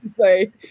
say